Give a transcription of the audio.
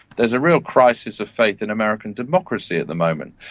there is a real crisis of faith in american democracy at the moment.